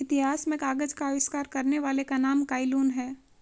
इतिहास में कागज का आविष्कार करने वाले का नाम काई लुन है